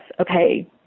okay